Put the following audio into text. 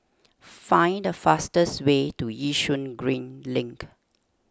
find the fastest way to Yishun Green Link